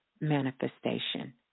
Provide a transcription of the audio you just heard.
manifestation